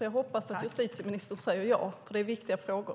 Jag hoppas att justitieministern säger ja, för det är viktiga frågor.